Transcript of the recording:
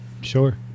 Sure